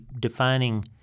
defining –